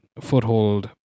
foothold